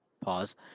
pause